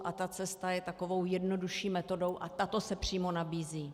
A ta cesta je takovou jednodušší metodou a tato se přímo nabízí.